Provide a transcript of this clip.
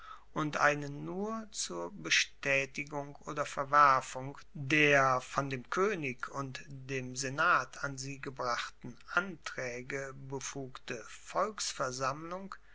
und eine nur zur bestaetigung oder verwerfung der von dem koenig und dem senat an sie gebrachten antraege befugte volksversammlung